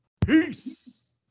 peace